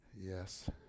yes